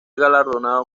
galardonado